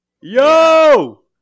Yo